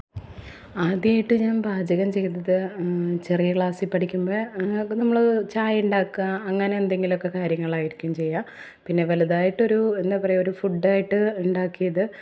ആദ്യമായിട്ട് ഞാൻ പാചകം ചെയ്തത് ചെറിയ ക്ലാസിൽ പഠിക്കുമ്പഴേ നമ്മള് ചായ ഉണ്ടാക്കുക അങ്ങനെ എന്തെങ്കിലുമൊക്കെ കാര്യങ്ങളായിരിക്കും ചെയ്യുക പിന്നെ വല്തായിട്ടൊരൂ എന്താ പറയുക ഒരു ഫുഡ്ഡായിട്ട് ഉണ്ടാക്കിയത്